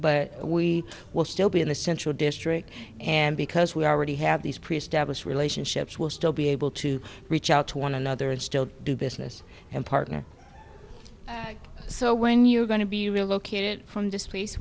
but we will still be in the central district and because we already have these pre established relationships will still be able to reach out to one another and still do business and partner so when you're going to be relocated from this place